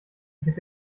dich